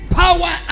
power